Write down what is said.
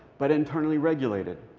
but internally regulated,